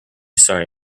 sorry